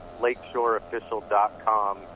lakeshoreofficial.com